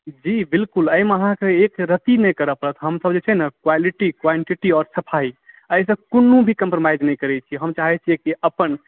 जी बिलकुल एहिमे अहाँकेॅं एक रति नहि करऽ पड़त हमसब जे छै ने क्वालिटी क्वांटिटी आओर सफाइ एहिसँ कोनो भी कम्परमाइज नहिकरै छी हम चाहै छी कि अपन